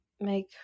make